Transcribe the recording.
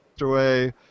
away